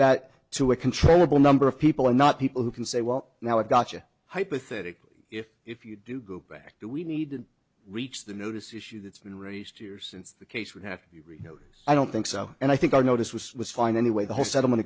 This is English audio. that to a controllable number of people and not people who can say well now i gotcha hypothetically if you do go back we need to reach the notice issue that's been raised two years since the case would have to be renewed i don't think so and i think our notice was was fine anyway the whole settlement